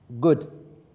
Good